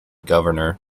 governor